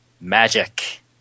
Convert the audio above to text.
magic